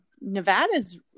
Nevada's